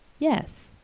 yes.